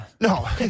No